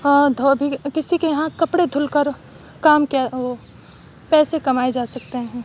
دھوبی کسی کے یہاں کپڑے دھل کر کام کیا وہ پیسے کمائے جا سکتے ہیں